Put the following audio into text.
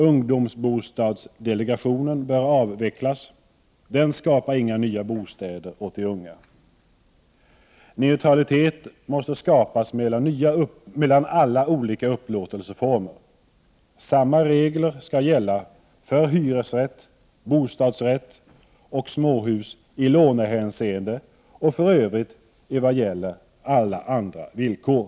Ungdomsbostadsdelegationen bör avvecklas. Den skapar inga nya bostäder åt de unga. Neutralitet måste skapas mellan alla olika upplåtelseformer. Samma regler skall gälla för hyresrätt, bostadsrätt och småhus i lånehänseende och för övrigt när det gäller alla andra villkor.